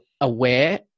aware